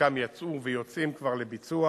חלקם יצאו ויוצאים כבר לביצוע,